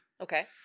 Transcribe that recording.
Okay